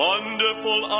Wonderful